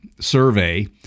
survey